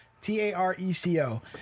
T-A-R-E-C-O